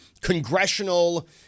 congressional